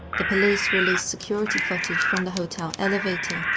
the police released security footage from the hotel elevator,